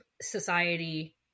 society